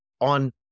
on